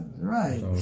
right